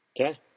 okay